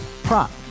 Prop